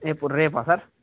ఎప్పుడు రేపా సార్